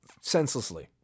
senselessly